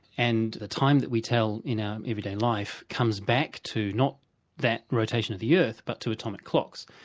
and the time that we tell in our every day life comes back to not that rotation of the earth but to atomic clocks.